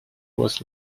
was